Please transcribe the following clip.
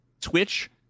Twitch